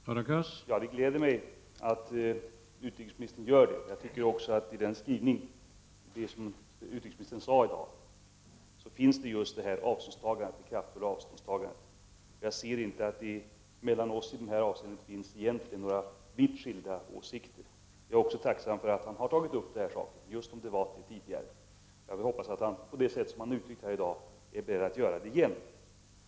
Herr talman! Det gläder mig att utrikesministern gör det. Jag tycker också att det i det svar som utrikesministern i dag har lämnat finns ett sådant kraftigt avståndstagande. Jag ser inte att det mellan oss i det här avseendet finns några vitt skilda åsikter. Jag är också tacksam för att utrikesministern tidigare har tagit upp Devåtys fall. Jag vill hoppas att utrikesministern, på det sätt som han har uttryckt här i dag, är beredd att göra det igen.